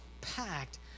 packed